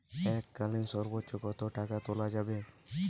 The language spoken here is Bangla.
এককালীন সর্বোচ্চ কত টাকা তোলা যাবে?